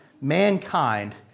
mankind